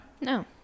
no